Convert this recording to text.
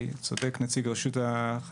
וכחלק מזה שיתוף פעולה עם כל המשרדים שנמצאים פה,